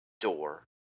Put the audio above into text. door